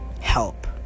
Help